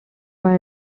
via